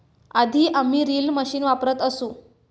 आधी आम्ही reel machine वापरत असू